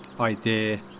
idea